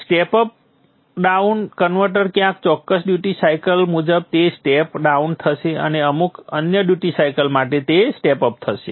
step up down converter ક્યાંક ચોક્કસ duty cycle મુજબ તે સ્ટેપ ડાઉન થશે અને અમુક અન્ય ડ્યુટી સાયકલ માટે તે સ્ટેપ અપ થશે